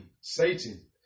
Satan